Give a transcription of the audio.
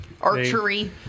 Archery